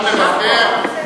אפשר לבקר,